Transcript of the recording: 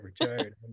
retired